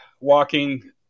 walking